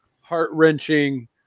heart-wrenching